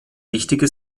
wichtige